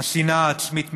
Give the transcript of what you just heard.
השנאה העצמית מתגברת,